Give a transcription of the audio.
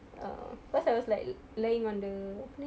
err cause I was like ly~ lying on the apa ni